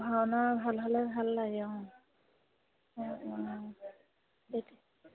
ভাওনা ভাল হ'লে ভাল লাগে অঁ অঁ অঁ সেইটোৱে